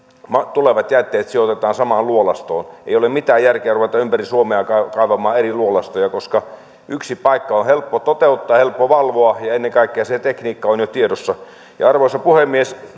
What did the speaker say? tulevat jätteet sijoitetaan samaan luolastoon ei ole mitään järkeä ruveta ympäri suomea kaivamaan eri luolastoja koska yksi paikka on helppo toteuttaa ja helppo valvoa ja ja ennen kaikkea se tekniikka on jo tiedossa arvoisa puhemies